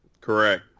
Correct